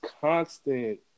constant